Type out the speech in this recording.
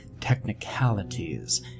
technicalities